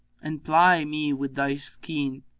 and ply me with thy skene,